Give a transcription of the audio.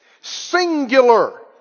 singular